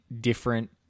different